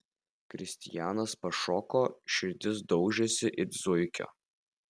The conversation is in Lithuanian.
kristijanas pašoko širdis daužėsi it zuikio